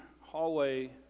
hallway